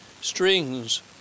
Strings